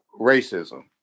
racism